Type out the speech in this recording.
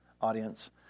audience